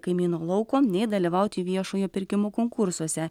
kaimyno lauko nė dalyvauti viešojo pirkimo konkursuose